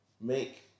make